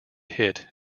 hit